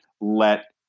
let